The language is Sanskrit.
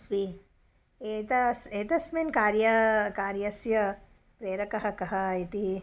स्वी एता एतस्मिन् कार्ये कार्यस्य प्रेरकः कः इति